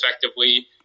effectively